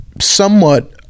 somewhat